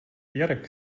jarek